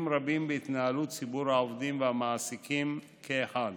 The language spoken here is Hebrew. רבים בהתנהלות ציבור העובדים והמעסיקים כאחד